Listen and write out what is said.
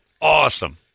awesome